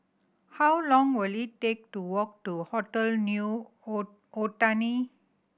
how long will it take to walk to Hotel New Otani